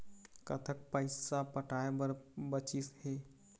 कतक पैसा पटाए बर बचीस हे?